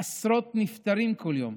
עשרות נפטרים כל יום.